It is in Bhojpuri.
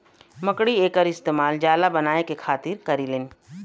मकड़ी एकर इस्तेमाल जाला बनाए के खातिर करेलीन